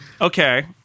Okay